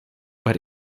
but